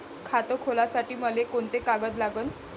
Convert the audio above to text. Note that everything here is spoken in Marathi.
खात खोलासाठी मले कोंते कागद लागन?